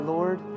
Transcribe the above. Lord